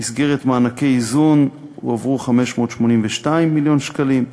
במסגרת מענקי איזון הועברו 582 מיליון שקלים,